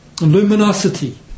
Luminosity